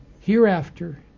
hereafter